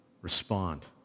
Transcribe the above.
respond